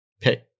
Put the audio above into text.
pick